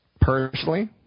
Personally